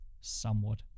somewhat